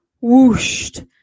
whooshed